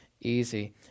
easy